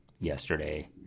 yesterday